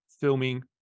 filming